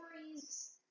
stories